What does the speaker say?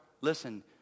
listen